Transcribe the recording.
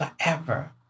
forever